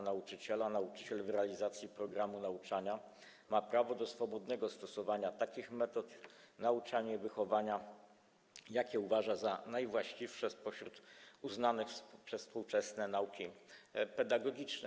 Nauczyciela nauczyciel w realizacji programu nauczania ma prawo do swobodnego stosowania takich metod nauczania i wychowania, jakie uważa za najwłaściwsze spośród uznanych przez współczesne nauki pedagogiczne.